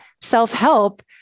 self-help